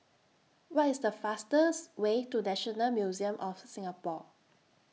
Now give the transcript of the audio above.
What IS The fastest Way to National Museum of Singapore